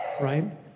Right